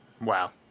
Wow